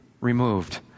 removed